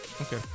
Okay